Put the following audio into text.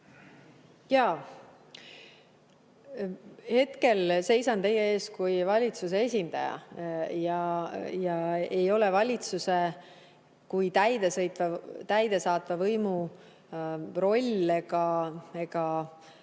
Hetkel seisan teie ees kui valitsuse esindaja. Ei ole valitsuse kui täidesaatva võimu roll ega,